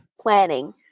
planning